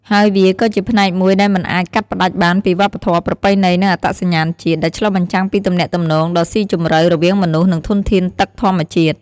ហើយវាក៏ជាផ្នែកមួយដែលមិនអាចកាត់ផ្ដាច់បានពីវប្បធម៌ ប្រពៃណី និងអត្តសញ្ញាណជាតិ ដែលឆ្លុះបញ្ចាំងពីទំនាក់ទំនងដ៏ស៊ីជម្រៅរវាងមនុស្ស និងធនធានទឹកធម្មជាតិ។